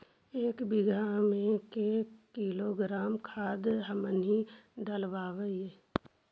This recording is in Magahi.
एक बीघा मे के किलोग्राम खाद हमनि डालबाय?